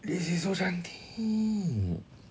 this is so cantik